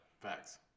Facts